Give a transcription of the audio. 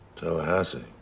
Tallahassee